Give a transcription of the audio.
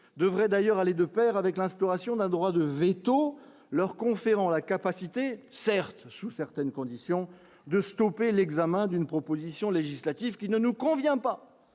devrait d'ailleurs aller de Pair avec l'instauration d'un droit de véto, leur conférant la capacité certes sous certaines conditions, de stopper l'examen d'une proposition législative qui ne nous convient pas,